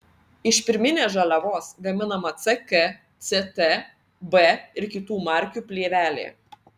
iš pirminės žaliavos gaminama ck ct b ir kitų markių plėvelė